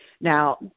now